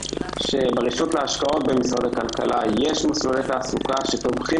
שברשות להשקעות במשרד הכלכלה יש מסלולי תעסוקה שתומכים